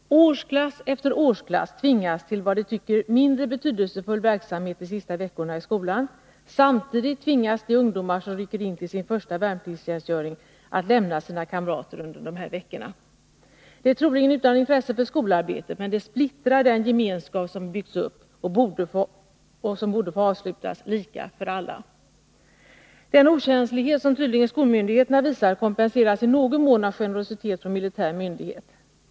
Årsklass efter årsklass tvingas till vad de tycker mindre betydelsefull verksamhet de sista veckorna i skolan. Samtidigt tvingas de ungdomar som rycker in till sin första värnpliktstjänstgöring att lämna sina kamrater under dessa veckor. Det är troligen utan intresse för skolarbetet, men det splittrar den gemenskap som har byggts upp och som borde få avslutas lika för alla. Den okänslighet som skolmyndigheterna tydligen visar kompenseras i någon mån av generositet från militär myndighet.